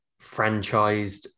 franchised